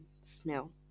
smell